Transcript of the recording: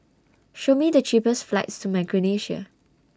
Show Me The cheapest flights to Micronesia